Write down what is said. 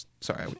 Sorry